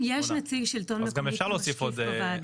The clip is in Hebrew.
יש נציג שלטון מקומי כמשקיף בוועדה?